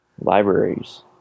libraries